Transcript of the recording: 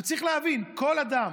וצריך להבין, כל אדם,